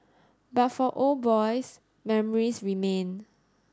but for old boys memories remain